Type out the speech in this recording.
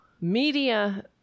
media